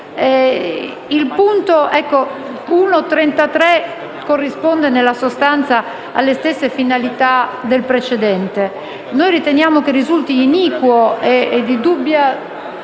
1.33 corrisponde, nella sostanza, alle stesse finalità del precedente. Riteniamo che risulti iniquo e di dubbia